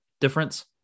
difference